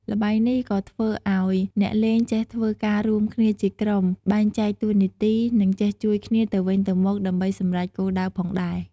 ល្បែងនេះក៏ធ្វើឲ្យអ្នកលេង ចេះធ្វើការរួមគ្នាជាក្រុម បែងចែកតួនាទី និងចេះជួយគ្នាទៅវិញទៅមកដើម្បីសម្រេចគោលដៅផងដែរ។